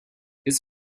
its